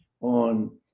on